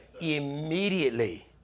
immediately